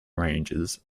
rangers